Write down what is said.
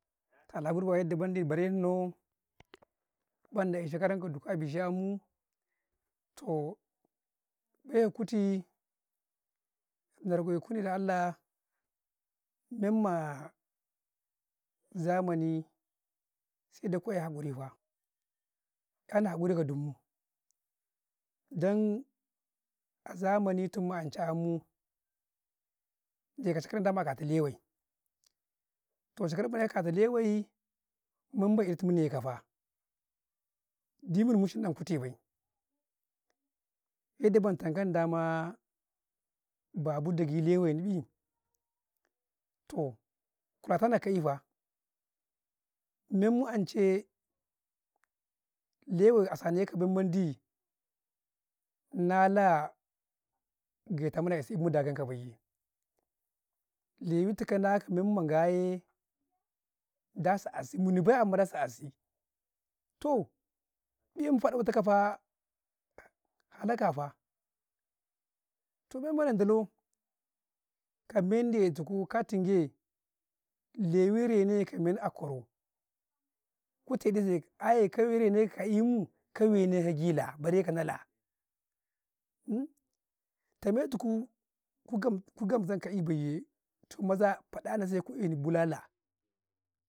﻿tala barba yadda men ɗi bare nau banda a shekarun na bikka abinca 'ya ammuu, toh bay kutiii, yar ნe kune ka Allah menmaa, zamani sai dai kawai kawai hakurifaa, 'yana hakuri ka dumuu, dan a zamanii tum ma anca an muu, je kacu karum da akata lewai, to je karum mukata akata leway, men mendi mune ka faa, dimun mushun ɗi kutu bay, yaɗ ɗi na tan katuku da maa, babu dagi lewai Nnii, toh ku 'ya tanau, kai faa, men mu anca yee, lewai asa ne kau men mendi na laa getu mune kasiyammu mu da gan ka bay yee, lewatu kau mu da gan ka bay yee, ta kullum na a ka ta ya ნi, mum na ziya kune faa, na zira kune sosai, toh amman indo ka gamatu ka kasuu kagi laa? ba reka na la tame tu kuu, ku gamsu ka kaii bay yee toh maza faɗa na sai ku eh ni bulala.